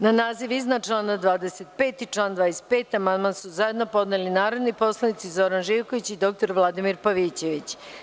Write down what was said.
Na naziv iznadčlana 25. i član 25. amandman su zajedno podneli narodni poslanici Zoran Živković i dr Vladimir Pavićević.